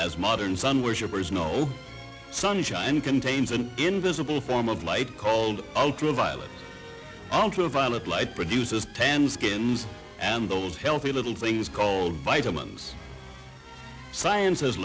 as modern sun worshippers know sunshine contains an invisible form of light called ultraviolet ultraviolet light produces tanned skin and those healthy little things called vitamins science has